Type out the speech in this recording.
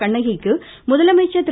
கண்ணகிக்கு முதலமைச்சர் திரு